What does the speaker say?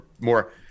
more